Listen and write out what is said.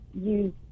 use